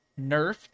nerfed